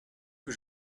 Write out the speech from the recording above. que